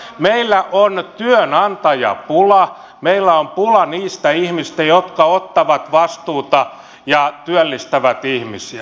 meillä on työnantajapula meillä on pula niistä ihmisistä jotka ottavat vastuuta ja työllistävät ihmisiä